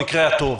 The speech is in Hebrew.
במקרה הטוב.